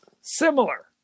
Similar